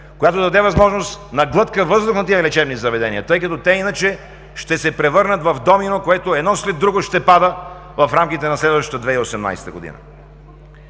която да даде възможност на глътка въздух на тези лечебни заведения, тъй като те иначе ще се превърнат в домино, което едно след друго ще пада в рамките на следващата 2018 г.